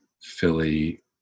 Philly